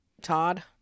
Todd